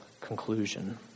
conclusion